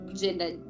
gender